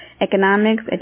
Economics